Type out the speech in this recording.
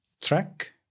track